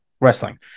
wrestling